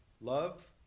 Love